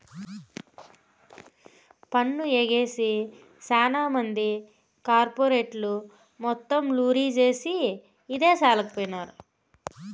పన్ను ఎగవేసి సాన మంది కార్పెరేట్లు మొత్తం లూరీ జేసీ ఇదేశాలకు పోయినారు